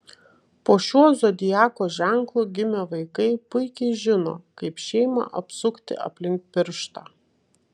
po šiuo zodiako ženklu gimę vaikai puikiai žino kaip šeimą apsukti aplink pirštą